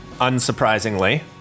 unsurprisingly